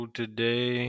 today